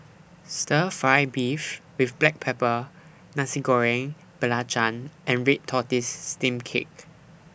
Stir Fry Beef with Black Pepper Nasi Goreng Belacan and Red Tortoise Steamed Cake